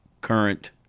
current